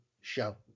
show